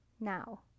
now